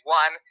one